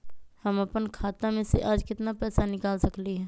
हम अपन खाता में से आज केतना पैसा निकाल सकलि ह?